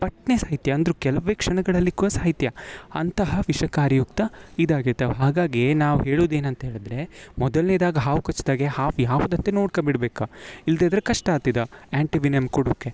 ಪಟ್ಟನೆ ಸಾಯ್ತೀಯಾ ಅಂದ್ರೆ ಕೆಲವೇ ಕ್ಷಣಗಳಲ್ಲಿ ಕೂಡ ಸಾಯ್ತೀಯಾ ಅಂತಹ ವಿಷಕಾರಿಯುಕ್ತ ಇದಾಗಿದ್ದವು ಹಾಗಾಗಿ ನಾವು ಹೇಳೊದು ಏನಂತ ಹೇಳಿದರೆ ಮೊದಲ್ನೆದಾಗಿ ಹಾವು ಕಚ್ಚಿದಾಗೆ ಹಾವು ಯಾವ್ದು ಅಂತ ನೋಡ್ಕೊ ಬಿಡ್ಬೇಕು ಇಲ್ಲದಿದ್ರೆ ಕಷ್ಟ ಆಯ್ತ್ ಇದು ಆ್ಯಂಟಿ ವಿನಿಯನ್ ಕೊಡೋಕೆ